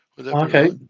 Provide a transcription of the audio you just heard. okay